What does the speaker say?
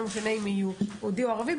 לא משנה אם הוא יהודי או ערבי,